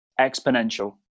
exponential